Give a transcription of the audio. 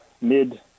mid